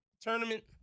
tournament